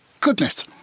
goodness